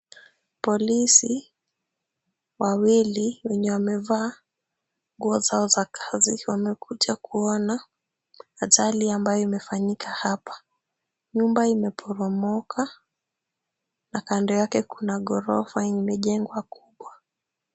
Polisi wawili wenye wamevaa nguo zao za kazi, wamekuja kuona ajali ambayo imefanyika hapa. Nyumba imeporomoka na kando yake kuna ghorofa yenye imejengwa kubwa.